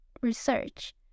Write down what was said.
research